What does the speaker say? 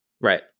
Right